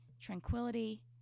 tranquility